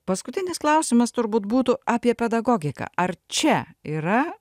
paskutinis klausimas turbūt būtų apie pedagogiką ar čia yra